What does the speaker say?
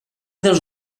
dels